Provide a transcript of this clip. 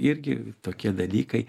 irgi tokie dalykai